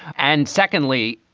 and secondly,